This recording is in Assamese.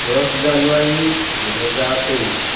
দহ জানুৱাৰী দুই হাজাৰ তেইছ